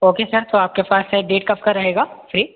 okay sir तो आपके पास से डेट कब का रहेगा फ़्री